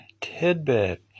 Tidbit